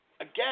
again